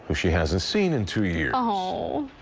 but she hasn't seen in. to your ah home.